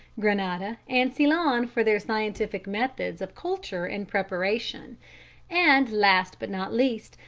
grenada and ceylon for their scientific methods of culture and preparation and, last but not least,